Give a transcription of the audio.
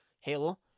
Halo